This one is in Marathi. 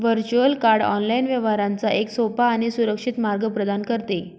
व्हर्च्युअल कार्ड ऑनलाइन व्यवहारांचा एक सोपा आणि सुरक्षित मार्ग प्रदान करते